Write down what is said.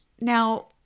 Now